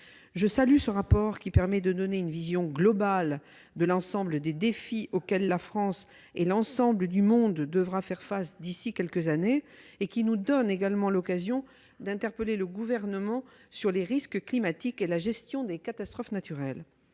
de la délégation, qui permet de donner une vision globale de l'ensemble des défis auxquels la France et le reste du monde devront faire face d'ici à quelques années, et qui nous donne également l'occasion d'interpeller le Gouvernement sur les risques climatiques et la gestion des catastrophes naturelles.